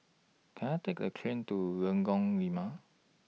Can I Take The train to Lengkok Lima